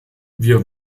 wir